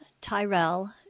Tyrell